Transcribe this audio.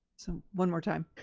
so one more time.